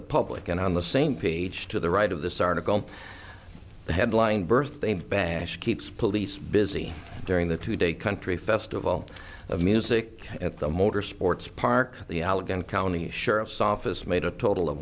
the public and on the same page to the right of this article the headline birthday bash keeps police busy during the two day country festival of music at the motor sports park the allegheny county sheriff's office made a total of